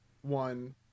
one